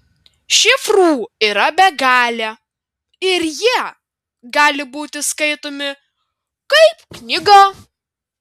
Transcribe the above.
šifrų yra begalė ir jie gali būti skaitomi kaip knyga